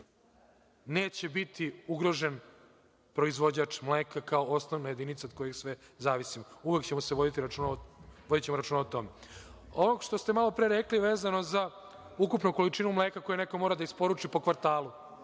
neće biti ugrožen proizvođač mleka kao osnovna jedinica od kojih svi zavisimo. Uvek će se voditi računa o tome. Ovo što ste malo pre rekli vezano za ukupnu količinu mleka koju neko mora da isporuči po kvartalu,